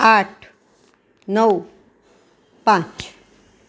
આઠ નવ પાંચ